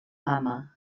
mama